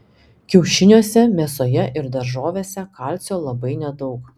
kiaušiniuose mėsoje ir daržovėse kalcio labai nedaug